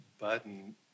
button